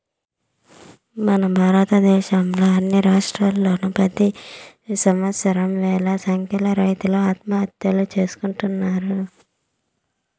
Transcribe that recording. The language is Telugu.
మన భారతదేశంలో అన్ని రాష్ట్రాల్లోనూ ప్రెతి సంవత్సరం వేల సంఖ్యలో రైతులు ఆత్మహత్యలు చేసుకుంటున్నారు